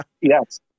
Yes